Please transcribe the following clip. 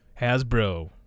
Hasbro